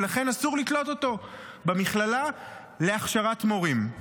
ולכן אסור לתלות אותה במכללה להכשרת מורים.